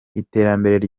iterambere